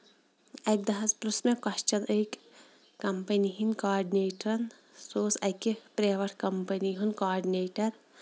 اَکہِ دۄہ حظ پروٚژھ مےٚ کوشچن أکۍ کَمپٔنی ہِندۍ کاڈنیٹرن سُہ اوس اَکہِ پریویٹ کَمپٔنی ہُند کاڈنیٹر